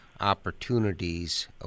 opportunities